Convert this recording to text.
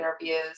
interviews